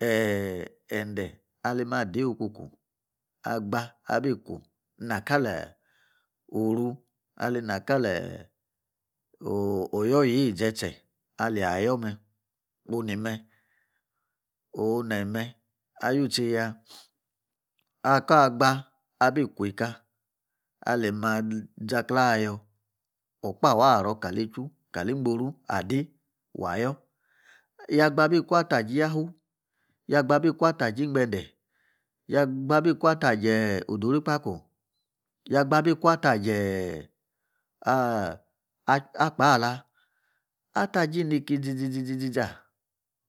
Gee ende ali ma deiyi ah oko kwu agba abi kuu. ina kali oru. ali na ka lee'o’ oyoo yei ze'tse ale yi ayoor me’ onu ni me’ oon ne me’ ayu teinya a'kaa gba abii kwei ka. a. li malizaklei oor ayoor. awoor kpa wa waa'ro kalei etchu. kalingboru asei. wa yoor. yaa gba abi kue'nde yafu. ya gba abi kuataje ododu kpakpa. yaa gbaa abi kwa'ataje aa’ ee’ akpala. ataje ini ki izizi zizi ziza.